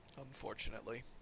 unfortunately